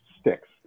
sticks